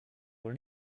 wohl